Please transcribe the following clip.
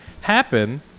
happen